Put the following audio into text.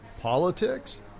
Politics